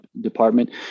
Department